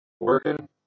working